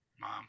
Mom